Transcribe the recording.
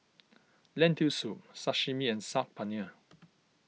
Lentil Soup Sashimi and Saag Paneer